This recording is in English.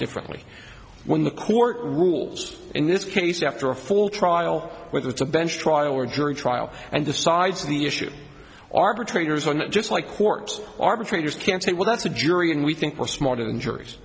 differently when the court rules in this case after a full trial whether it's a bench trial or jury trial and the sides of the issue arbitrator's on that just like courts arbitrators can say well that's a jury and we think we're smart injuries